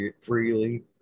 freely